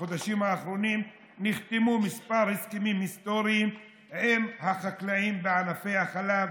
בחודשים האחרונים נחתמו כמה הסכמים היסטוריים עם החקלאים בענפי החלב,